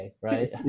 right